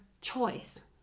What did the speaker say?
choice